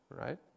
Right